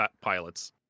pilots